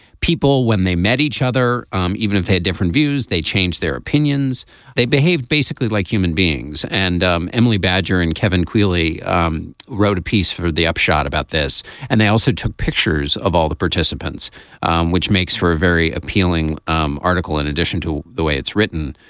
people when they met each other um even if they had different views they changed their opinions they behaved basically like human beings. and um emily badger and kevin quigley um wrote a piece for the upshot about this and they also took pictures of all the participants which makes for a very appealing um article in addition to the way it's written.